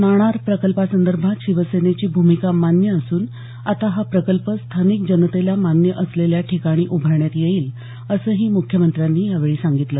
नाणार प्रकल्पासंदर्भात शिवसेनेची भूमिका मान्य असून आता हा प्रकल्प स्थानिक जनतेला मान्य असलेल्या ठिकाणी उभारण्यात येईल असंही मुख्यमंत्र्यांनी यावेळी सांगितलं